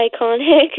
iconic